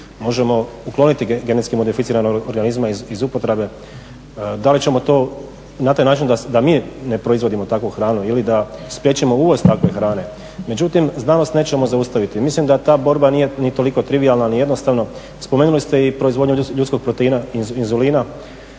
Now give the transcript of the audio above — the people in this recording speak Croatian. možemo ukloniti genetski modificirane organizme iz upotrebe. Da li ćemo to na taj način da mi ne proizvodimo takvu hranu ili da spriječimo uvoz takve hrane. Međutim, znanost nećemo zaustaviti. Mislim da ta borba nije ni toliko trivijalna ni jednostavna. Spomenuli ste i proizvodnju ljudskog proteina inzulina.